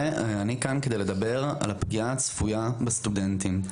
ואני כאן כדי לדבר על הפגיעה הצפויה בסטודנטים.